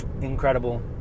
incredible